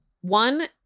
one